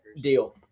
Deal